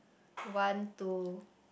want to